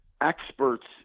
experts